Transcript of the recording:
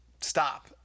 stop